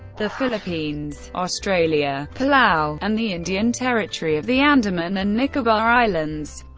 the philippines, australia, palau, and the indian territory of the andaman and nicobar islands.